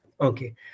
Okay